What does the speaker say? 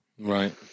Right